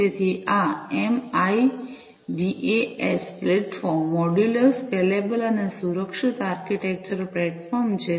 તેથી આ MIDAS platform modular scalable અને સુરક્ષિત આર્કિટેક્ચરલ પ્લેટફોર્મ છે